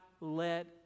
let